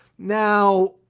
now,